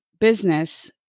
business